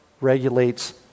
regulates